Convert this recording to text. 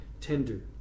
tender